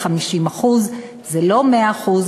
הכסף שאנחנו עכשיו נותנים זה כסף של הממשלה,